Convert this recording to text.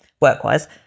work-wise